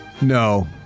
No